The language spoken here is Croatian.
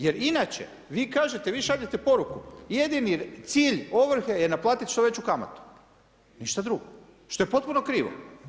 Jer inače, vi kažete, vi šaljete poruku, jedini cilj ovrhe je naplatiti što veću kamatu, ništa drugo, što je potpuno krivo.